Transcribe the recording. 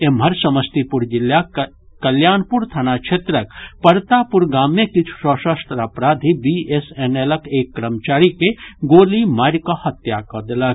एम्हर समस्तीपुर जिलाक कल्याणपुर थाना क्षेत्रक परतापुर गाम मे किछु सशस्त्र अपराधी बीएसएनएलक एक कर्मचारी के गोली मारि कऽ हत्या कऽ देलक